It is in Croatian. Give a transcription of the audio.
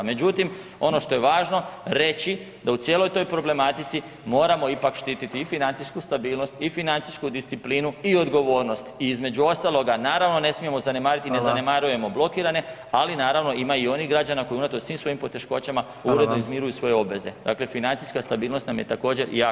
Međutim, ono što je važno reći da u cijeloj toj problematici moramo ipak štiti i financijsku stabilnost i financijsku disciplinu i odgovornost i između ostaloga naravno ne smijemo zanemariti [[Upadica: Hvala]] i ne zanemarujemo blokirane, ali naravno ima i onih građana koji unatoč svim svojim poteškoćama [[Upadica: Hvala vam]] uredno izmiruju svoje obveze, dakle financijska stabilnost nam je također jako važna.